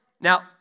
Now